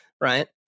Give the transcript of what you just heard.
right